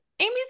Amy's